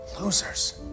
Losers